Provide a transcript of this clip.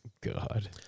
God